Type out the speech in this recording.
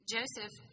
Joseph